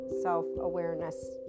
self-awareness